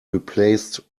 replaced